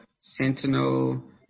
sentinel